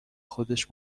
خودش